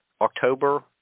October